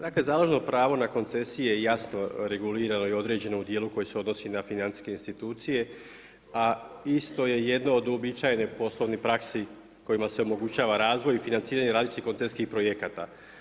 Dakle, založno pravo na koncesije jasno reguliralo i određenu dijelu koji se odnosi na financijske institucije, a isto je jedno od uobičajenih poslovnih praksi, kojima se omogućava razvoj i financiranje različitih koncesijskih projekata.